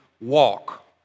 walk